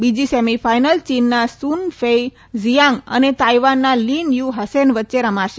બીજી semi final ચીનના Sun Fei Xiang અને તાઈવાનના લિન યુ હસેન વચ્ચે રમાશે